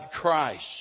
Christ